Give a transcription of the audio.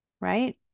right